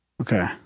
Okay